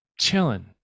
chilling